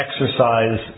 exercise